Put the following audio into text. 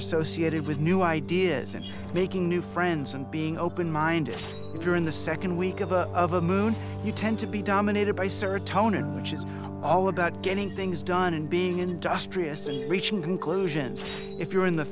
associated with new ideas and making new friends and being open minded if you're in the second week of a of a moon you tend to be dominated by sir town in which is all about getting things done and being industrious and reaching conclusions if you're in the